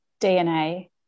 DNA